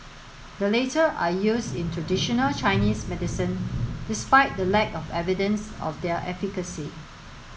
the latter are used in traditional Chinese medicine despite the lack of evidence of their efficacy